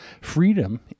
Freedom